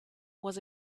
was